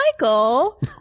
Michael